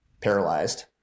paralyzed